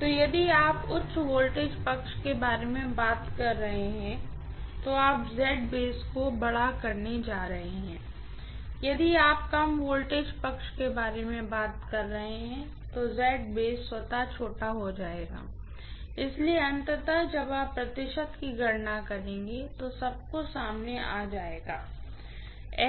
तो यदि आप उच्च वोल्टेज साइड के बारे में बात कर रहे हैं तो आप को बड़ा होने जा रहे हैं और यदि आप कम वोल्टेज साइड के बारे में बात कर रहे हैं तो स्वयं छोटा हो जाएगा इसलिए अंततः जब आप प्रतिशत की गणना करेंगे तो सब कुछ सामने आ जाएगा